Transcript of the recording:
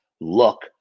look